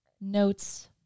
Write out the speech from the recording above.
notes